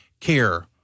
care